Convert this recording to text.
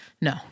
no